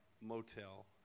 motel